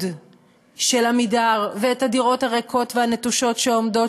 של "עמידר" ואת הדירות הריקות והנטושות שעומדות,